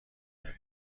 داری